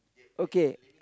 okay